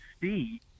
see